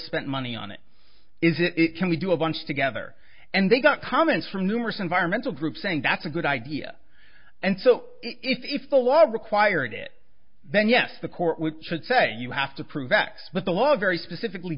spent money on it is it can we do a bunch together and they got comments from numerous environmental groups saying that's a good idea and so if the law required it then yes the court would should say you have to prove x but the law very specifically